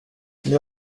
les